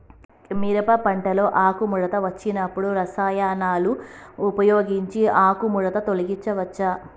మిరప పంటలో ఆకుముడత వచ్చినప్పుడు రసాయనాలను ఉపయోగించి ఆకుముడత తొలగించచ్చా?